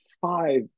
five